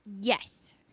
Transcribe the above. Yes